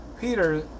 Peter